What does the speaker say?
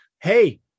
hey